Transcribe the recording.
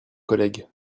collègue